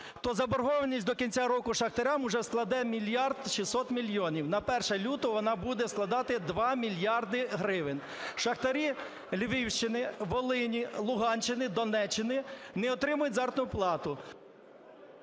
то заборгованість до кінця року шахтарям уже складе 1 мільярд 600 мільйонів, на 1 лютого вона буде складати 2 мільярди гривень. Шахтарі Львівщини, Волині, Луганщини, Донеччини не отримають заробітну